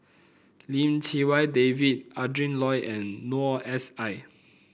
Lim Chee Wai David Adrin Loi and Noor S I